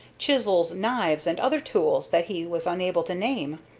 chisels, knives, and other tools that he was unable to name,